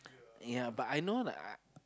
yeah but I know like I